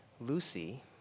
Lucy